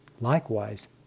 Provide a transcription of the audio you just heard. Likewise